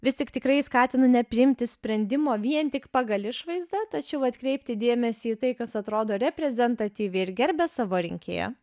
vis tik tikrai skatinu nepriimti sprendimo vien tik pagal išvaizdą tačiau atkreipti dėmesį į tai kas atrodo reprezentatyviai ir gerbia savo rinkėją